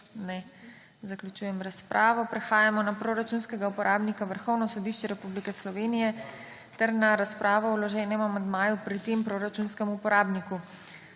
Ne. Zaključujem razpravo. Prehajamo na proračunskega uporabnika Vrhovno sodišče Republike Slovenije ter na razpravo o vloženem amandmaju pri tem proračunskem uporabniku.